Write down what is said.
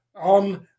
on